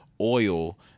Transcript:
oil